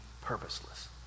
purposeless